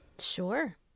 Sure